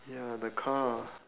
ya the car